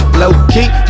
low-key